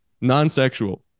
non-sexual